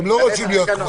הם לא רוצים להיות קבוצה.